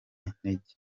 intege